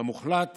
המוחלט